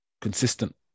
consistent